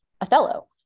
Othello